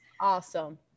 Awesome